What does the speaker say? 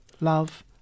love